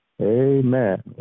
Amen